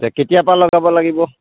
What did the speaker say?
কেতিয়াৰপৰা লগাব লাগিব